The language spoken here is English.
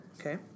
Okay